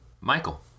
Michael